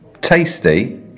Tasty